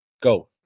Go